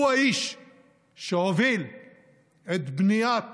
הוא האיש שהוביל את בניית